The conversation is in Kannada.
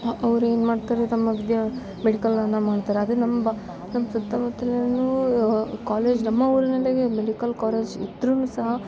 ಅವ್ರು ಏನು ಮಾಡ್ತಾರೆ ತಮ್ಮ ವಿದ್ಯಾ ಮೆಡಿಕಲನ್ನು ಮಾಡ್ತರೆ ಅದು ನಮ್ಮ ಬ ನಮ್ಮ ಸುತ್ತಮುತ್ತಲಿನೂ ಕಾಲೇಜ್ ನಮ್ಮ ಊರಿನಲ್ಲಿಗೆ ಮೆಡಿಕಲ್ ಕಾಲೇಜ್ ಇದ್ರು ಸಹ